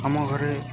ଆମ ଘରେ